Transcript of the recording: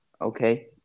Okay